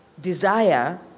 desire